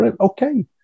okay